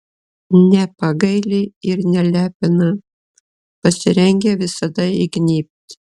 nepagaili ir nelepina pasirengę visada įgnybt